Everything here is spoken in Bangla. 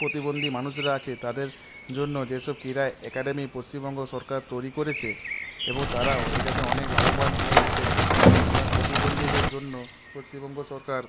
প্রতিবন্ধী মানুষরা আছে তাদের জন্য যেসব ক্রীড়া অ্যাকাডেমি পশ্চিমবঙ্গ সরকার তৈরি করেছে এবং তারা এইটাতে অনেক লাভবান হয়ে উঠেছে এবং প্রতিবন্ধীদের জন্য পশ্চিমবঙ্গ সরকার